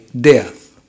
death